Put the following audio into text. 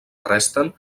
resten